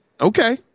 okay